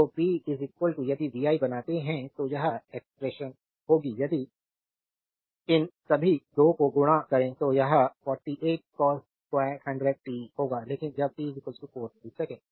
तो p यदि vi बनाते हैं तो यह एक्सप्रेशन होगी यदि इन सभी 2 को गुणा करें तो यह 48 cos2100 t होगा लेकिन जब t 4 मिलीसेकंड